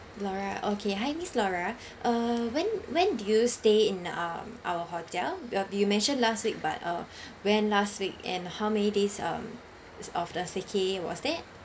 laura okay hi miss laura uh when when did you stay in um our hotel uh you mentioned last week but uh when last week and how many days um of the stayca~ was that